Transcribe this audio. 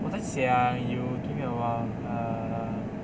我在想 you give me a while err